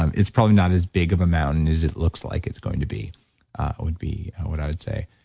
um it's probably not as big of a mountain as it looks like it's going to be would be what i'd say.